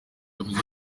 yavuze